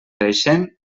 creixent